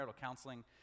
counseling